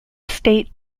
state